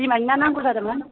दैमानि ना नांगौ जादोंमोन